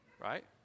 Right